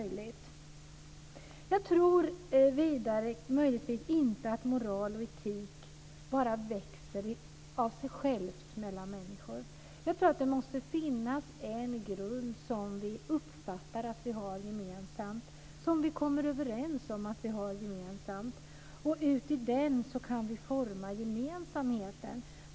Jag tror vidare inte att moral och etik mellan människor bara växer av sig självt. Jag tror att det måste finnas en grund som vi uppfattar att vi har gemensamt, som vi kommer överens om att vi har gemensamt och där vi kan forma gemensamheten.